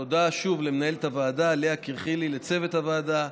תודה שוב למנהלת הוועדה לאה קריכלי, לצוות הוועדה,